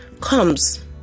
comes